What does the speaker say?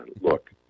Look